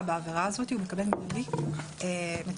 בעבירה הזאת הוא מקבל מינהלי מצומצם.